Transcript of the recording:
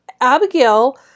Abigail